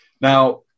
Now